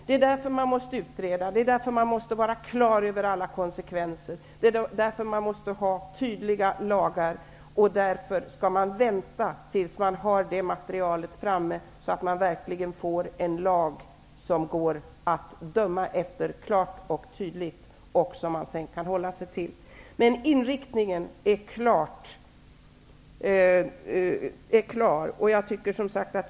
Det är därför vi måste utreda och vara klara över alla konsekvenser. Vi måste ha tydliga lagar. Därför skall vi vänta till dess vi har det materialet framme. Då kan vi verkligen få en lag som går att döma efter klart och tydligt, och som vi sedan kan hålla oss till. Inriktningen är klar.